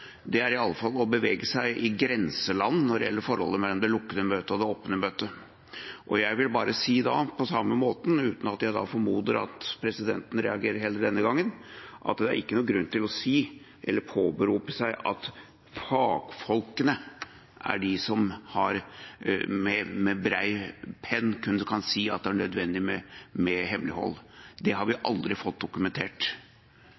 er i alle fall å bevege seg i grenseland når det gjelder forholdet mellom det lukkede møtet og det åpne møtet. Jeg vil bare si på samme måte – og jeg formoder at presidenten heller ikke denne gangen reagerer – at det ikke er noen grunn til å si eller påberope seg at fagfolkene er de som med bred penn kan si at det er nødvendig med hemmelighold. Det har